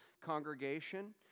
congregation